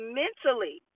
mentally